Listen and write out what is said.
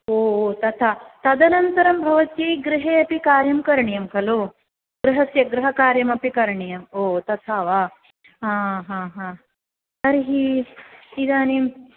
ओहो तथा तदनन्तरं भवत्यै गृहे अपि कार्यं करणीयं खलु गृहस्य गृहकार्यमपि करणीयम् ओ तथा वा हा हा हा तर्हि इदानीम्